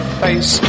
face